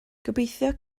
gobeithio